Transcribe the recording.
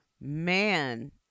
man